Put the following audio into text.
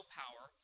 power